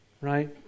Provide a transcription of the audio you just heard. Right